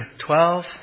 twelve